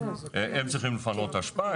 הם צריכים לפנות אשפה,